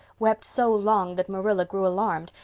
wept so long that marilla grew alarmed,